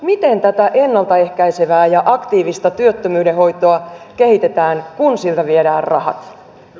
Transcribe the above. miten tätä ennalta ehkäisevää ja aktiivista työttömyyden hoitoa kehitetään kun siltä viedään rahat